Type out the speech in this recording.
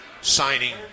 signing